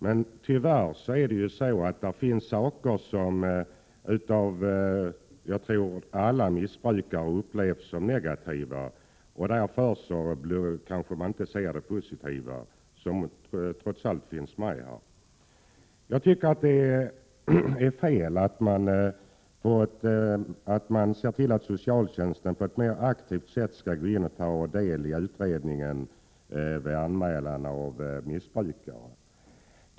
Men tyvärr finns också inslag som jag tror upplevs som negativa av alla missbrukare, och man ser därför inte det som trots allt är positivt. Jag tycker att det är fel att socialtjänsten på ett mer aktivt sätt skall ta del i utredningen vid anmälan av missbrukare.